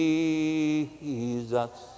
Jesus